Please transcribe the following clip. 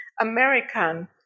American